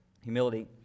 Humility